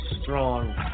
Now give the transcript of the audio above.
strong